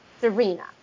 Serena